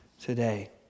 today